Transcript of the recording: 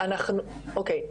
אוקיי.